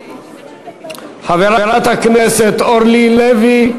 חברת הכנסת אורלי לוי.